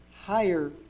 higher